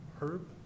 Herb